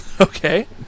Okay